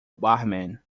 barman